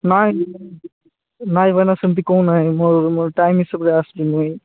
ନାଇଁ ନାଇଁ ଭାଇନା ସେମିତି କୁହ ନାଇଁ ମୋ ମୋ ଟାଇମ୍ ହିସାବରେ ଆସୁଛି ମୁଇଁ